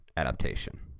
adaptation